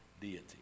deity